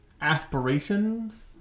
aspirations